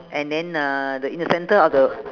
and then uh the in the center of the